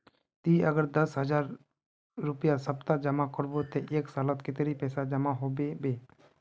ती अगर दस रुपया सप्ताह जमा करबो ते एक सालोत कतेरी पैसा जमा होबे बे?